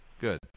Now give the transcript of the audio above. Good